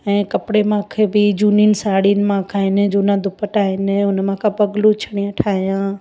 ऐं कपिड़े मूंखे बि झूनिन साड़िनि मूंखा आहिनि झूना दुपट्टा आहिनि उनमां कप ग्लू छणिया ठाहियां